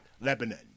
Lebanon